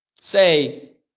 say